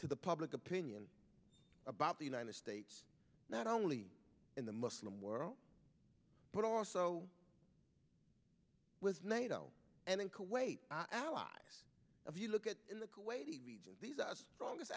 to the public opinion about the united states not only in the muslim world but also with nato and in kuwait allies of you look at in the kuwaiti region these us strongest